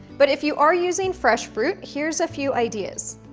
but if you are using fresh fruit, here's a few ideas.